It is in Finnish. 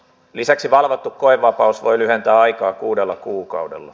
lisäksi valvottu koevapaus voi lyhentää aikaa kuudella kuukaudella